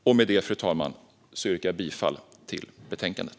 Jag yrkar härmed bifall till förslaget i betänkandet.